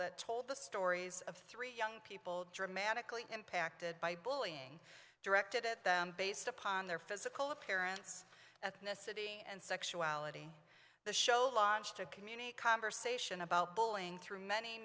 that told the stories of three young people dramatically impacted by bullying directed at them based upon their physical appearance at the city and sexuality the show launched a community conversation about bowling through many